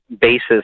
basis